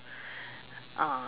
ah